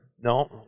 No